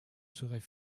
serais